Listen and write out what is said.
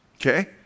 Okay